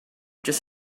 just